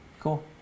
Cool